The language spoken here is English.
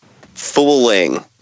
fooling